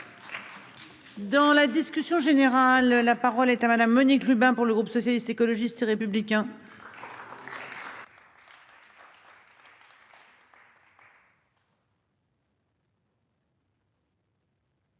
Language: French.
Dans la discussion générale. La parole est à madame Monique Lubin pour le groupe socialiste, écologiste et républicain.--